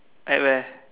at where